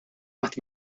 qatt